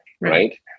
Right